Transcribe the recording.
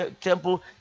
temple